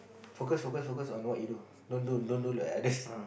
focus focus focus on what you do don't don't don't don't look at others